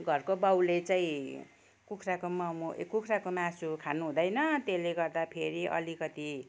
घरको बाउले चाहिँ कुखुराको मोमो ए कुखुराको मासु खानु हुँदैन त्यसले गर्दा फेरि अलिकति